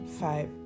five